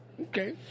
Okay